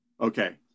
okay